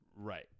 right